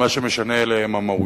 מה שמשנה אלה המהויות.